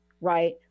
right